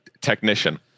Technician